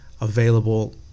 available